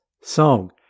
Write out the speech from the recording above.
song